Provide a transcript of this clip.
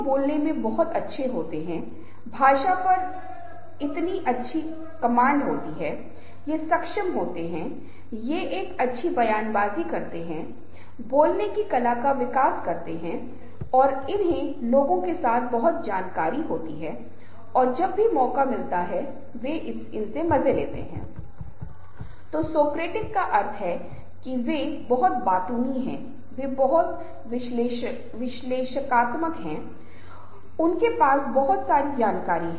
इसलिए मैं सुझाव देना चाहूंगा कि समूह का गठन विभिन्न प्रकार के समूह इन सभी विषयों पर मुझे अपने अन्य व्याख्यानों में चर्चा करनी होगी लेकिन यहाँ समूह में बोलना भी एक कला है जो कहीं भी आप सार्वजनिक रूप से बोल रहे हैं या बैठक में बोलना या टीम के अन्य सदस्यों के सामने बोलना हमेशा कुछ बुनियादी चीजें होती हैं जो हमेशा बहुत मदद करती हैं